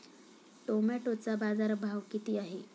टोमॅटोचा बाजारभाव किती आहे?